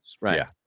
Right